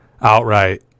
outright